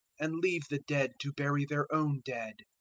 and leave the dead to bury their own dead.